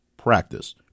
Practice